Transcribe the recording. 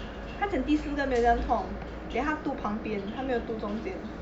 他讲第四个没有这样痛 then 他 do 旁边他没有 do 中间